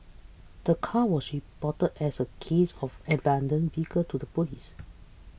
the car was reported as a case of abandoned vehicle to the police